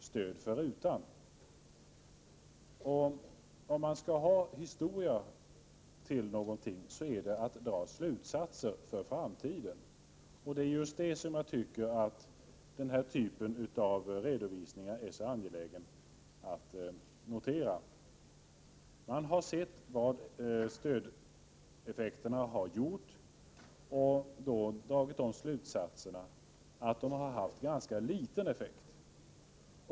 Om det är någonting man skall använda historia till, så är det till att dra slutsatser av värde för framtiden. Det är just det som gör att jag tycker att den här typen av redovisningar är så angelägna att notera. Man har sett vad stödet haft för effekter och därvid dragit slutsatserna att de haft ganska liten effekt.